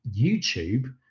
YouTube